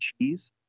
cheese